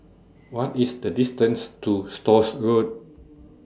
What IS The distance to Stores Road